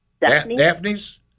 Daphne's